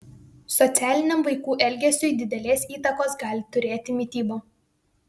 socialiniam vaikų elgesiui didelės įtakos gali turėti mityba